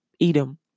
Edom